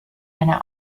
eine